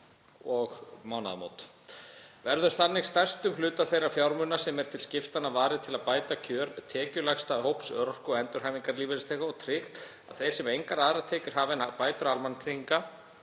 og mánaðamót. Verður þannig stærstum hluta þeirra fjármuna sem eru til skiptanna varið til að bæta kjör tekjulægsta hóps örorku- og endurhæfingarlífeyrisþega og tryggt að þeir sem engar aðrar tekjur hafa en bætur almannatrygginga